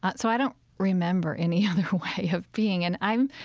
but so i don't remember any other way of being an i'm,